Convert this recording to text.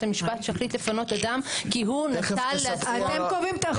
המשפט שהחליט לפנות אדם כי הוא נטל לעצמו -- אתם קובעים את החוק.